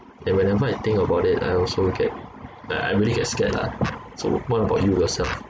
and whenever I think about it I also get I I really get scared lah so what about you yourself